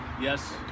Yes